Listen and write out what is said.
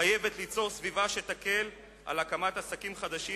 חייבת ליצור סביבה שתקל על הקמת עסקים חדשים,